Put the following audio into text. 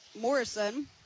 Morrison